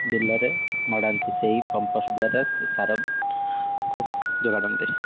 ବିଲରେ ମଡ଼ାନ୍ତି ସେଇ କମ୍ପୋଷ୍ଟ ଦ୍ଵାରା ସେ ସାରକୁ ଯୋଗାଡ଼ନ୍ତି